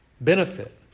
benefit